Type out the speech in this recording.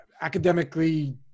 academically